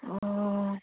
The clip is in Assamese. অঁ